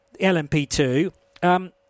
LMP2